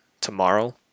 tomorrow